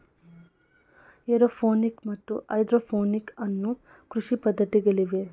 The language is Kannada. ಏರೋಪೋನಿಕ್ ಮತ್ತು ಹೈಡ್ರೋಪೋನಿಕ್ ಅನ್ನೂ ಕೃಷಿ ಪದ್ಧತಿಗಳಿವೆ